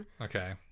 Okay